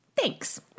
Thanks